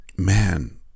man